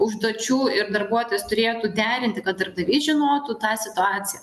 užduočių ir darbuotojas turėtų derinti kad darbdavys žinotų tą situaciją